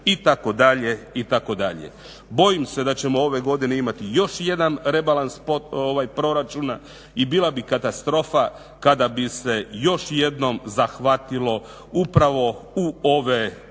obrazovanja itd., itd. Bojim se da ćemo ove godine imati još jedan rebalans proračuna i bila bi katastrofa kada bi se još jednom zahvatilo upravo u ovu vrst